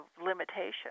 limitation